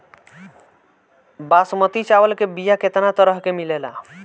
बासमती चावल के बीया केतना तरह के मिलेला?